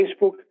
Facebook